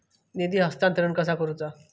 निधी हस्तांतरण कसा करुचा?